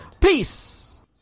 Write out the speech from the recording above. peace